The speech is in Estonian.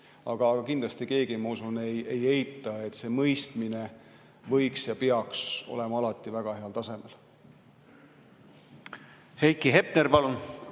Aga kindlasti mitte keegi, ma usun, ei eita, et see mõistmine võiks ja peaks olema alati väga heal tasemel.